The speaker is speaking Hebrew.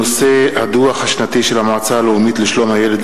בעקבות דיון מהיר בנושא: הדוח השנתי של המועצה הלאומית לשלום הילד,